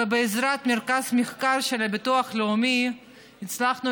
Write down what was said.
ובעזרת מרכז המחקר של הביטוח הלאומי הצלחנו